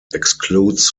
excludes